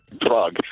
drug